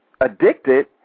addicted